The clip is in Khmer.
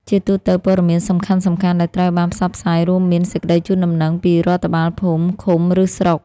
ជាទូទៅ ព័ត៌មានសំខាន់ៗដែលត្រូវបានផ្សព្វផ្សាយរួមមាន សេចក្ដីជូនដំណឹងពីរដ្ឋបាលភូមិ ឃុំ ឬស្រុក។